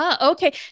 okay